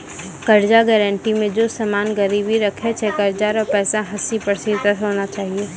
कर्जा गारंटी मे जे समान गिरबी राखै छै कर्जा रो पैसा हस्सी प्रतिशत होना चाहियो